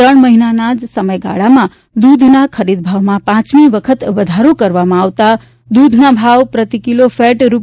ત્રણ મહિનાના સમયગાળામાં જ દૂધના ખરીદભાવમાં પાંચમી વખત વધારો કરવામાં આવતાં દૂધના ભાવ પ્રતિકિલો ફેટ રૂ